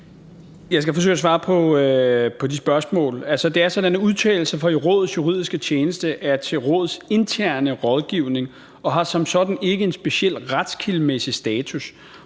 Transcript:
Jeg skal forsøge at svare på de spørgsmål. Altså, det er sådan, at udtalelser fra Rådets juridiske tjeneste er til Rådets interne rådgivning og har som sådan ikke en speciel retskildemæssig status.